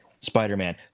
Spider-Man